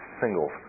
single